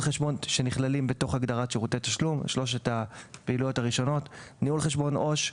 שנכללים בתוך הגדרת שירותי תשלום: ניהול חשבון עו"ש,